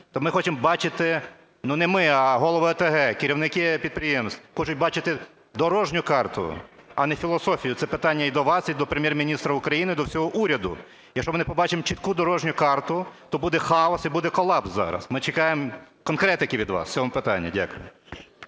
ми хочемо бачити, не ми, а голови ОТГ, керівники підприємств хочуть бачити дорожню карту, а не філософію. Це питання і до вас, і до Прем'єр-міністра України, до всього уряду. Якщо ми не побачимо чітку дорожню карту, то буде хаос і буде колапс зараз. Ми чекаємо конкретики від вас в цьому питанні. Дякую.